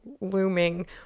looming